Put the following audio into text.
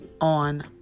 on